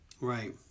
Right